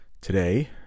today